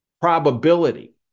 probability